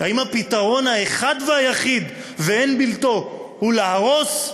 האם הפתרון האחד והיחיד ואין בלתו הוא להרוס?